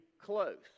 close